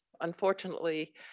unfortunately